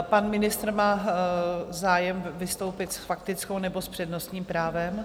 Pan ministr má zájem vystoupit s faktickou, nebo s přednostním právem?